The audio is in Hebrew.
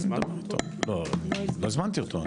הזמנתי אותו.